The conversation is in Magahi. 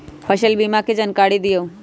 फसल बीमा के जानकारी दिअऊ?